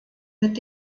mit